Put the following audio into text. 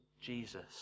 Jesus